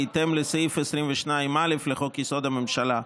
בהתאם לסעיף 22(א) לחוק-יסוד: הממשלה.